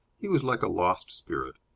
he was like a lost spirit.